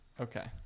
Okay